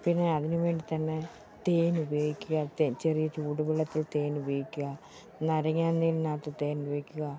പിന്നെ അതിന് വേണ്ടി തന്നെ തേൻ ഉപയോഗിക്കുക തേൻ ചെറിയ ചൂടുവെള്ളത്തിൽ തേൻ ഉപയോഗിക്കുക നാരങ്ങാനീരിനകത്ത് തേൻ ഉപയോഗിക്കുക